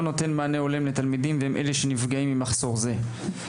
לא נותן מענה הולם לתלמידים והם אלה שנפגעים ממחסור זה.